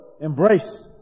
embrace